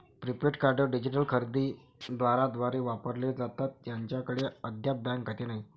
prepaid card digital खरेदी दारांद्वारे वापरले जातात ज्यांच्याकडे अद्याप बँक खाते नाही